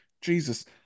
Jesus